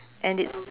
and it